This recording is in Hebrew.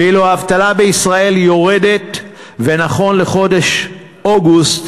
ואילו האבטלה בישראל יורדת ונכון לחודש אוגוסט